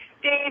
Dave